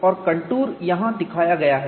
और कंटूर यहाँ दिखाया गया है